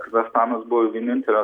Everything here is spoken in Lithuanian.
kazachstanas buvo vienintelė